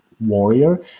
warrior